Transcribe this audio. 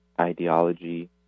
ideology